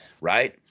right